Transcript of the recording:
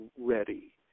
ready